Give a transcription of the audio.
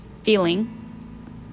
feeling